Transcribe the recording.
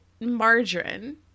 Margarine